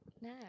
No